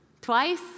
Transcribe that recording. twice